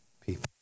people